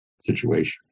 situation